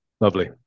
Lovely